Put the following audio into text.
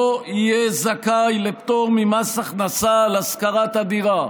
לא יהיה זכאי לפטור ממס הכנסה על השכרת הדירה,